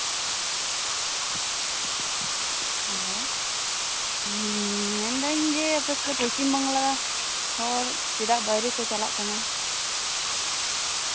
hello ᱢᱮᱱᱫᱟᱹᱧ ᱡᱮ ᱟᱯᱮ ᱛᱚ ᱯᱚᱪᱷᱤᱢ ᱵᱟᱝᱞᱟ ᱦᱚᱲ ᱪᱮᱫᱟᱜ ᱵᱟᱭᱨᱮ ᱠᱚ ᱪᱟᱞᱟᱜ ᱠᱟᱱᱟ